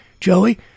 Joey